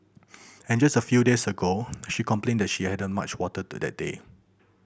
and just a few days ago she complained that she hadn't much water to that day